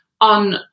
on